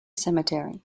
cemetery